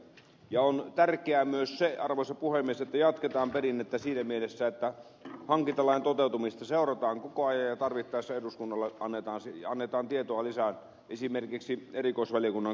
on tärkeää myös se arvoisa puhemies että jatketaan perinnettä siinä mielessä että hankintalain toteutumista seurataan koko ajan ja tarvittaessa eduskunnalle annetaan tietoa lisää esimerkiksi erikoisvaliokunnan kautta